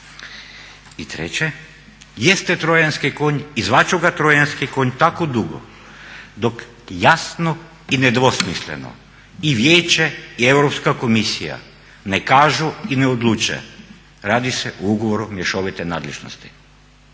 konj i zvat ću ga trojanski konj tako dugo dok jasno i nedvosmisleno i Vijeće i Europska komisija ne kažu i ne odluče, radi se o ugovoru mješovite nadležnosti.